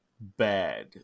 bad